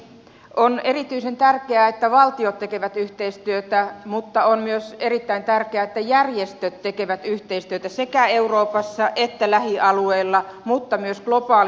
on erityisen tärkeää että valtiot tekevät yhteistyötä mutta on myös erittäin tärkeää että järjestöt tekevät yhteistyötä sekä euroopassa että lähialueilla mutta myös globaalisti